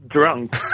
Drunk